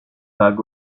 bague